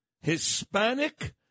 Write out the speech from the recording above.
Hispanic